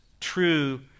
true